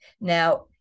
Now